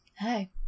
hi